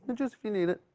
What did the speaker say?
just if you need it.